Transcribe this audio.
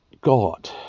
God